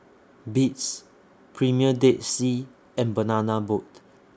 Beats Premier Dead Sea and Banana Boat